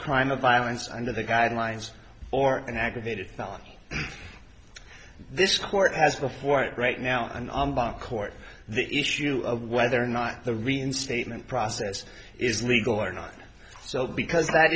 crime of violence under the guidelines or an aggravated felony this court has before it right now an arm bar court the issue of whether or not the reinstatement process is legal or not so because that